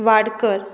Wadkar